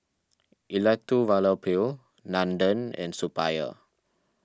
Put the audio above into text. Elattuvalapil Nandan and Suppiah